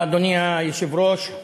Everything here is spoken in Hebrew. אדוני היושב-ראש,